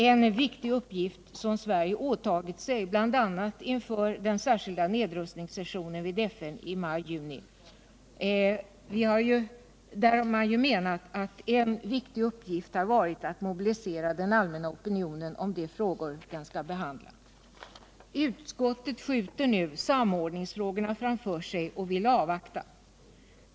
En viktig uppgift som Sverige åtagit sig bl.a. inför den särskilda nedrustningssessionen i FN i maj-juni är att mobilisera den allmänna opinionen när det gäller de frågor som skall behandlas. Majoriteten i utskottet skjuter nu samordningsfrågorna framför sig och vill avvakta.